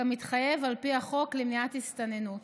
כמתחייב על פי החוק למניעת הסתננות.